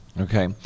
Okay